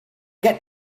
get